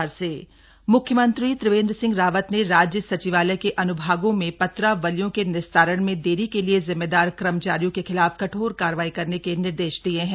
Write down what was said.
CM on सचिवालयकर्मी म्ख्यमंत्री त्रिवेन्द्र सिंह रावत ने राज्य सचिवालय के अन्भागों में पत्रावलियों के निस्तारण में देरी के लिए जिम्मेदार कर्मचारियों के खिलाफ कठोर कार्रवाई करने के निर्देश दिये हैं